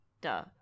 Duh